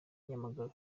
nyamagabe